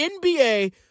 NBA